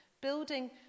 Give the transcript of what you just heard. building